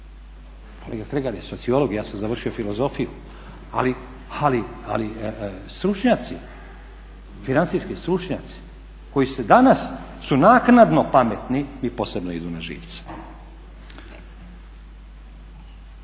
Kolega Kregar je sociolog, ja sam završio filozofiju, ali stručnjaci, financijski stručnjaci koji su danas naknadno pametni i posebno idu na živce.